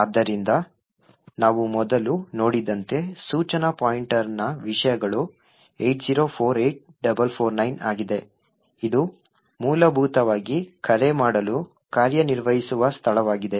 ಆದ್ದರಿಂದ ನಾವು ಮೊದಲು ನೋಡಿದಂತೆ ಸೂಚನಾ ಪಾಯಿಂಟರ್ನ ವಿಷಯಗಳು 8048449 ಆಗಿದೆ ಇದು ಮೂಲಭೂತವಾಗಿ ಕರೆ ಮಾಡಲು ಕಾರ್ಯನಿರ್ವಹಿಸುವ ಸ್ಥಳವಾಗಿದೆ